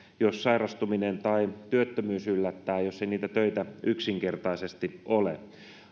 jos sairastuminen tai työttömyys yllättää jos ei niitä töitä yksinkertaisesti ole